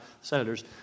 senators